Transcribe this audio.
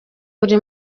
buri